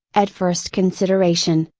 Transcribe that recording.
at first consideration,